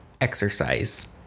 exercise